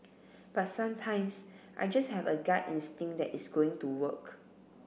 but sometimes I just have a gut instinct that it's going to work